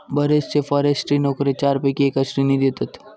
बरेचशे फॉरेस्ट्री नोकरे चारपैकी एका श्रेणीत येतत